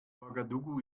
ouagadougou